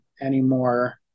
anymore